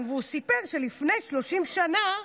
בריאיון, והוא סיפר שלפני 30 שנה,